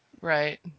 Right